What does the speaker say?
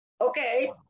okay